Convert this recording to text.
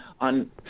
on